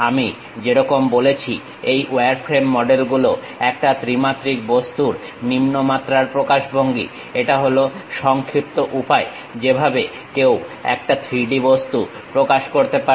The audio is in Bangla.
আমি যেরকম বলেছি এই ওয়ারফ্রেম মডেল গুলো একটা ত্রিমাত্রিক বস্তুর নিম্নমাত্রার প্রকাশভঙ্গি এটা হল সংক্ষিপ্ত উপায় যেভাবে কেউ একটা 3D বস্তু প্রকাশ করতে পারে